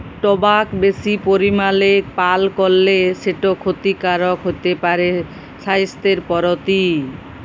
টবাক বেশি পরিমালে পাল করলে সেট খ্যতিকারক হ্যতে পারে স্বাইসথের পরতি